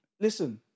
Listen